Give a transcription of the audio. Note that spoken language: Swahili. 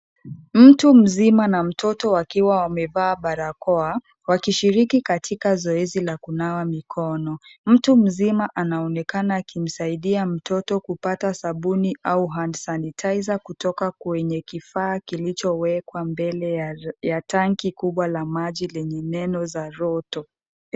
Mtu mzima na mtoto wakiwa wamevaa barakoa. Wakishiriki katika zoezi la kunawa mikono. Mtu mzima anaonekana akimsaidia mtoto kupata sabuni au hand sanitizer , kutoka kwenye kifaa kilichowekwa mbele ya tanki kubwa la maji lenye neno za Lotto.